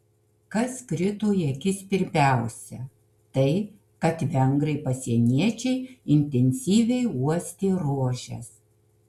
kas krito į akis pirmiausia tai kad vengrai pasieniečiai intensyviai uostė rožes